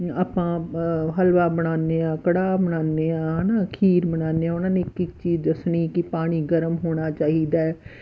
ਆਪਾਂ ਹਲਵਾ ਬਣਾਉਂਦੇ ਹਾਂ ਕੜਾਹ ਬਣਾਉਂਦੇ ਹਾਂ ਹੈ ਨਾ ਖੀਰ ਬਣਾਉਂਦੇ ਹਾਂ ਉਹਨਾਂ ਨੇ ਇੱਕ ਇੱਕ ਚੀਜ਼ ਦੱਸਣੀ ਕਿ ਪਾਣੀ ਗਰਮ ਹੋਣਾ ਚਾਹੀਦਾ ਹੈ